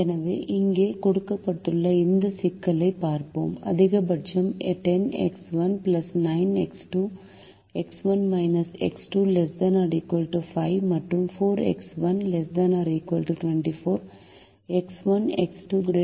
எனவே இங்கே கொடுக்கப்பட்டுள்ள இந்த சிக்கலைப் பார்ப்போம் அதிகபட்சம் 10X1 9X2 X1 X2 ≤ 5 மற்றும் 4X1 ≤ 24 X1 X2 ≥ 0 க்கு உட்பட்டு